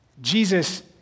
Jesus